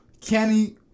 Kenny